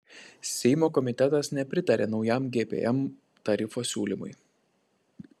seimo komitetas nepritarė naujam gpm tarifo siūlymui